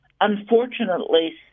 unfortunately